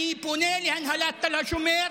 אני פונה להנהלת תל השומר,